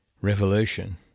revolution